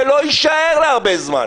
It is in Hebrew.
זה לא יישאר להרבה זמן.